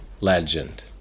legend